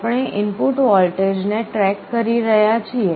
આપણે ઇનપુટ વોલ્ટેજને ટ્રેક કરી રહ્યાં છીએ